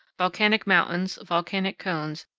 volcanic mountains, volcanic cones,